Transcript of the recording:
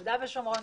ביהודה ושומרון,